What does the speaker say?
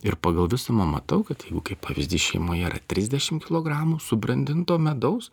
ir pagal visumą matau kad kaip pavyzdys šeimoje yra trisdešimt kilogramų subrandinto medaus